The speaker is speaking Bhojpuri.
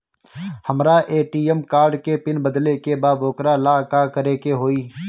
हमरा ए.टी.एम कार्ड के पिन बदले के बा वोकरा ला का करे के होई?